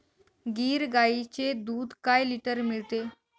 गीर गाईचे दूध काय लिटर मिळते?